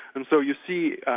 and so you see,